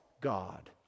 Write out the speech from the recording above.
God